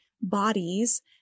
bodies